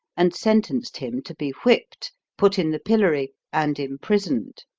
and sentenced him to be whipped, put in the pillory, and imprisoned.